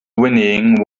whinnying